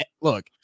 Look